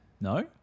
No